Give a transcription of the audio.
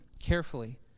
carefully